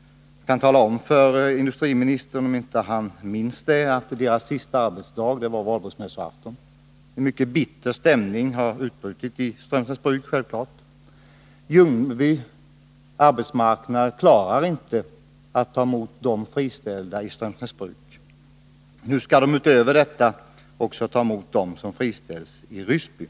Jag kan tala om för industriministern, om han inte minns det, att deras sista arbetsdag var valborgsmässoafton. En mycket bitter stämning har självfallet utbrett sig i Strömsnäsbruk. Arbetsmarknaden i Ljungby klarar inte att ta emot de friställda från Strömsnäsbruk. Nu skall Ljungby därutöver också ta emot dem som friställts i Ryssby.